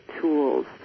tools